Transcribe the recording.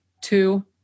Two